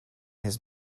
his